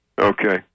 Okay